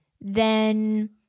then-